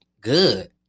good